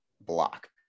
block